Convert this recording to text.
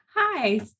Hi